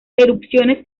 erupciones